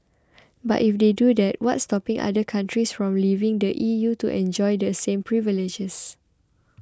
but if they do that what's stopping other countries from leaving the E U to enjoy the same privileges